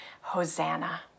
Hosanna